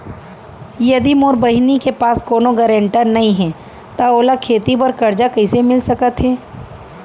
यदि मोर बहिनी के पास कोनो गरेंटेटर नई हे त ओला खेती बर कर्जा कईसे मिल सकत हे?